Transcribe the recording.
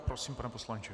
Prosím, pane poslanče.